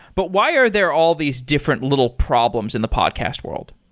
but why are there all these different little problems in the podcast world?